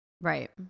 Right